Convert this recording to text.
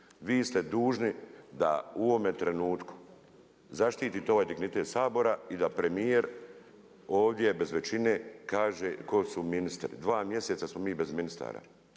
Vi ste dužni da u ovome trenutku zaštite ovaj dignitet Sabora i da premijer ovdje bez većine kaže tko su ministri. Dva mjeseca smo mi bez ministra